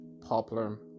popular